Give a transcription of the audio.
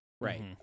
Right